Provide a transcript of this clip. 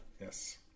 Yes